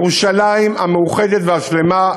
ירושלים המאוחדת והשלמה,